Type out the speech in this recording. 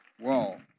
Wow